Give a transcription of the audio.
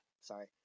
sorry